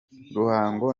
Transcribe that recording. ruhango